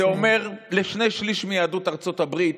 זה אומר לשני שלישים מיהדות ארצות הברית: